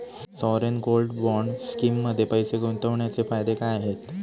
Sovereign gold bond स्कीममध्ये पैसे गुंतवण्याचे फायदे काय आहेत?